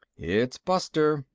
it's buster,